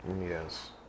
Yes